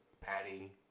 Patty